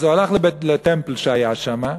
אז הוא הלך ל-temple שהיה שמה,